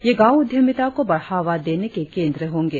ये गांव उद्यमिता को बढ़ावा देने के केंद्र होंगे